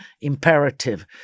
imperative